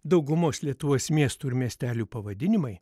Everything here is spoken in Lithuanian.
daugumos lietuvos miestų ir miestelių pavadinimai